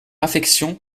affection